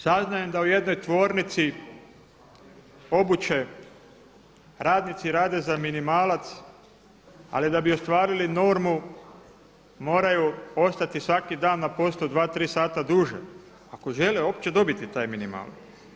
Saznajem da u jednoj tvornici obuće radnici rade za minimalac, ali da bi ostvarili normu moraju ostati svaki dan na poslu dva, tri sata duže ako žele uopće dobiti taj minimalac.